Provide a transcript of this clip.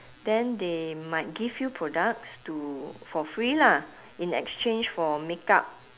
then they might give you products to for free lah in exchange for makeup